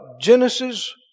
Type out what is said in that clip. Genesis